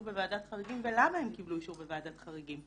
בוועדת חריגים ולמה הם קיבלו אישור בוועדת חריגים.